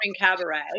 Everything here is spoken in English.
cabaret